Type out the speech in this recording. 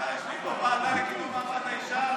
מחר יש לי פה ועדה לקידום מעמד האישה,